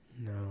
No